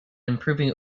improving